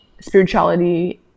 spirituality